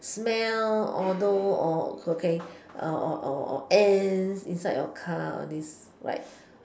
smell although or okay or or or ants inside your car all this like